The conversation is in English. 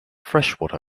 freshwater